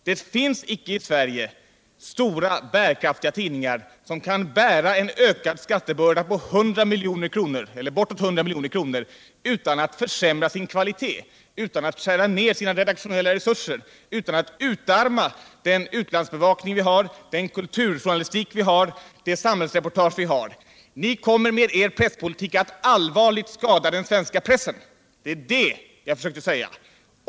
Det finns icke i Sverige stora bärkraftiga tidningar som kan bära en ökad skattebörda på bortåt 100 milj.kr. utan att försämra sin kvalitet, utan att skära ner sina redaktionella resurser eller utan att utarma den utlandsbevakning vi har, den kulturjournalistik vi har och de samhällsreportage vi har. Ni kommer med er presspolitik att allvarligt skada den svenska pressen.